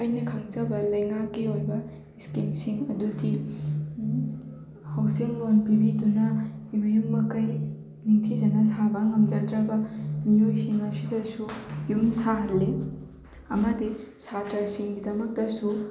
ꯑꯩꯅ ꯈꯪꯖꯕ ꯂꯩꯉꯥꯛꯀꯤ ꯑꯣꯏꯕ ꯁ꯭ꯀꯤꯝꯁꯤꯡ ꯑꯗꯨꯗꯤ ꯍꯥꯎꯁꯤꯡ ꯂꯣꯟ ꯄꯤꯕꯤꯗꯨꯅ ꯃꯌꯨꯝ ꯃꯀꯩ ꯅꯤꯡꯊꯤꯖꯅ ꯁꯥꯕ ꯉꯝꯖꯗ꯭ꯔꯕ ꯃꯤꯑꯣꯏꯁꯤꯡ ꯑꯁꯤꯗꯁꯨ ꯌꯨꯝ ꯁꯥꯍꯜꯂꯤ ꯑꯃꯗꯤ ꯁꯥꯇ꯭ꯔꯁꯤꯡꯒꯤꯗꯃꯛꯇꯁꯨ